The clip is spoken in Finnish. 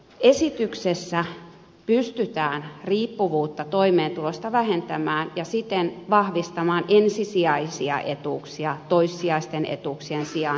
esityksessä pystytään riippuvuutta toimeentulotuesta vähentämään ja siten vahvistamaan ensisijaisia etuuksia toissijaisten etuuksien sijaan